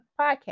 Podcast